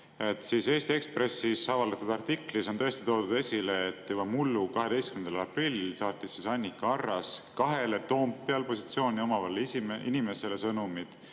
küsida. Eesti Ekspressis avaldatud artiklis on tõesti toodud esile, et juba mullu 12. aprillil saatis Annika Arras kahele Toompeal positsiooni omavale inimesele sõnumid.